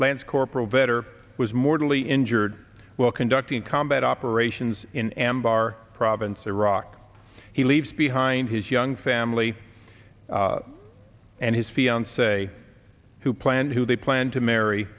lance corporal vetter was mortally injured while conducting combat operations in anbar province iraq he leaves behind his young family and his fiance who planned who they planned to marry